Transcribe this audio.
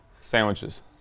sandwiches